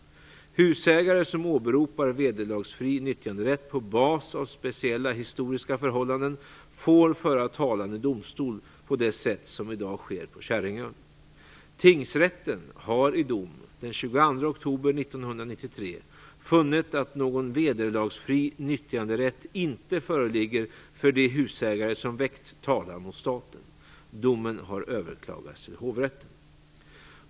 Husägare som åberopar vederlagsfri nyttjanderätt på bas av speciella historiska förhållanden får föra talan i domstol på det sätt som i dag sker när det gäller Käringön. Tingsrätten har i dom den 22 oktober 1993 funnit att någon vederlagsfri nyttjanderätt inte föreligger för de husägare som väckt talan mot staten. Domen har överklagats till hovrätten.